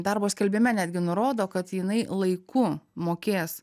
darbo skelbime netgi nurodo kad jinai laiku mokės